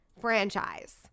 franchise